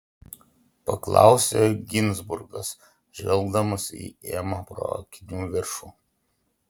paklausė ginzburgas žvelgdamas į emą pro akinių viršų